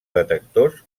detectors